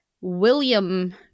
William